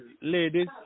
ladies